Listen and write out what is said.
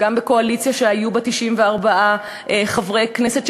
וגם בקואליציה שהיו בה 94 חברי כנסת,